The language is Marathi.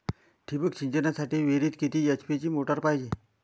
ठिबक सिंचनासाठी विहिरीत किती एच.पी ची मोटार पायजे?